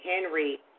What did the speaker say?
Henry